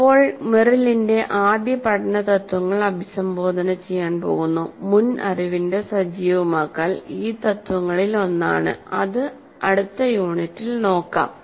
ഇപ്പോൾ മെറിലിന്റെ ആദ്യ പഠന തത്ത്വങ്ങൾ അഭിസംബോധന ചെയ്യാൻ പോകുന്നു മുൻ അറിവിന്റെ സജീവമാക്കൽ ഈ തത്വങ്ങളിലൊന്നാണ് അത് അടുത്ത യൂണിറ്റിൽ നോക്കാം